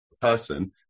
person